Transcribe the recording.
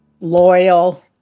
loyal